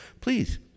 Please